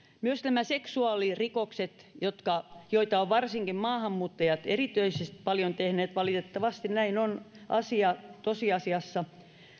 myös seksuaalirikokset joita ovat varsinkin maahanmuuttajat erityisen paljon tehneet valitettavasti näin se on tosiasiassa